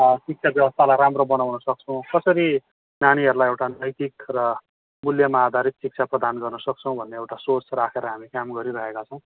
शिक्षा व्यवस्थालाई राम्रो बनाउन सक्छौँ कसरी नानीहरूलाई एउटा नैतिक र मूल्यमा आधारित शिक्षा प्रदान गर्नसक्छौँ भन्ने एउटा सोच राखेर हामी काम गरिराखेका छौँ